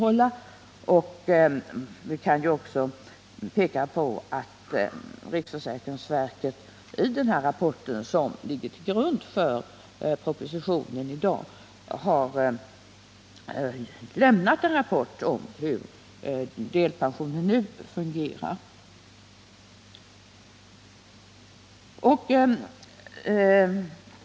Man kan i det sammanhanget också peka på att riksförsäkringsverket i den rapport som ligger till grund för propositionen har lämnat en redovisning av hur delpensioneringen nu fungerar.